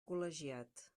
col·legiat